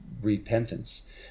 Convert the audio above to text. repentance